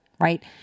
right